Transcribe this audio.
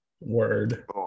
Word